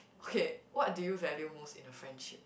okay what do you value most in a friendship